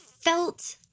felt